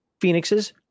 Phoenixes